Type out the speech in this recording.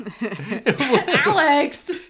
Alex